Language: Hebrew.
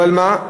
אבל מה?